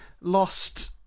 lost